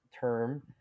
term